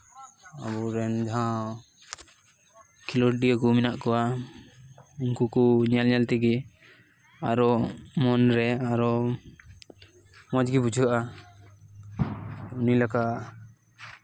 ᱟᱵᱚ ᱨᱮᱱ ᱡᱟᱦᱟᱸᱭ ᱠᱷᱮᱞᱳᱰᱤᱭᱟᱹ ᱠᱚ ᱢᱮᱱᱟᱜ ᱠᱚᱣᱟ ᱩᱱᱠᱩ ᱠᱚ ᱧᱮᱞ ᱧᱮᱞ ᱛᱮᱜᱮ ᱟᱨᱚ ᱢᱚᱱᱨᱮ ᱟᱨᱚ ᱢᱚᱡᱽ ᱜᱮ ᱵᱩᱡᱷᱟᱹᱜᱼᱟ ᱩᱱᱤᱞᱮᱠᱟ